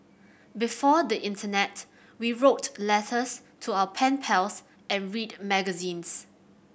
before the internet we wrote letters to our pen pals and read magazines